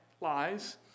lies